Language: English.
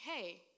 hey